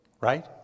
right